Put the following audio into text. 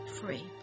free